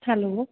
hello